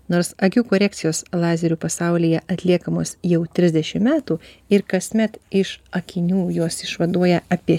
nors akių korekcijos lazeriu pasaulyje atliekamos jau trisdešim metų ir kasmet iš akinių juos išvaduoja apie